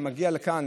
שמגיע לכאן,